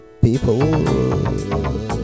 people